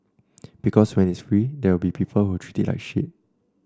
because when it's free there will be people who will treat it like shit